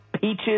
Peaches